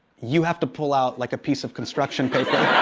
you have to pull out, like, a piece of construction paper.